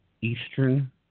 Eastern